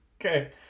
Okay